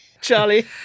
Charlie